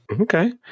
Okay